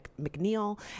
McNeil